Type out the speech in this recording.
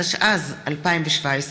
התשע"ז 2017,